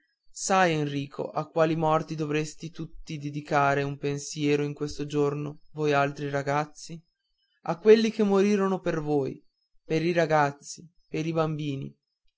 sai enrico a quali morti dovreste tutti dedicare un pensiero in questo giorno voi altri ragazzi a quelli che morirono per voi per i ragazzi per i bambini